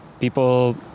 people